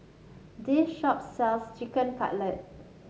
this shop sells Chicken Cutlet